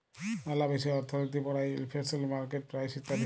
লালা বিষয় অর্থলিতি পড়ায়ে ইলফ্লেশল, মার্কেট প্রাইস ইত্যাদি